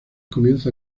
comienza